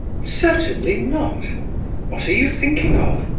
certainly not what are you thinking of?